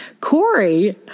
Corey